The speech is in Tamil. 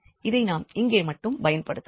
இதை நாம் இங்கே மட்டும் பயன்படுத்தலாம்